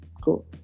Cool